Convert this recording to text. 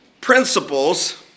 principles